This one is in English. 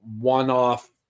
one-off